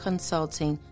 Consulting